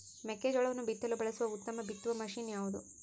ಮೆಕ್ಕೆಜೋಳವನ್ನು ಬಿತ್ತಲು ಬಳಸುವ ಉತ್ತಮ ಬಿತ್ತುವ ಮಷೇನ್ ಯಾವುದು?